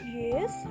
yes